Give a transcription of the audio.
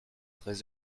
très